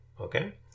Okay